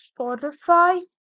Spotify